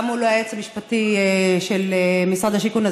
גם מול היועץ המשפטי של משרד השיכון,